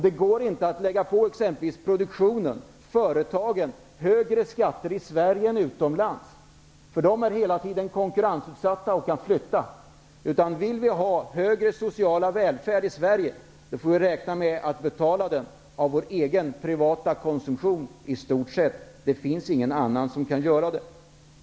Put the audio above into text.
Det går inte att på exempelvis produktionen -- företagen -- lägga högre skatter i Sverige än utomlands, eftersom de hela tiden är konkurrensutsatta och kan flytta. Vill vi ha en högre social välfärd i Sverige får vi räkna med att betala den med vår egen privata konsumtion i stort sett. Det finns ingen annan som kan betala den.